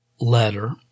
letter